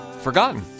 forgotten